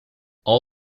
all